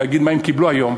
להגיד מה הם קיבלו היום.